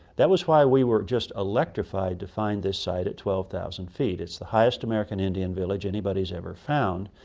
that was why we were just electrified to find this site at twelve thousand feet. it's the highest american indian village anybody has ever found,